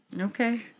Okay